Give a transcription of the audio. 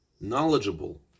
knowledgeable